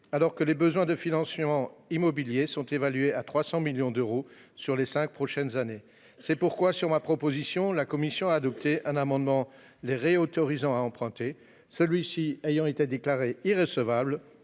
alors que les besoins de financement immobilier sont évalués à 300 millions d'euros sur les cinq prochaines années. C'est pourquoi, sur ma proposition, la commission a adopté un amendement visant à autoriser de nouveau l'AEFE à emprunter. Celui-ci ayant été déclaré irrecevable,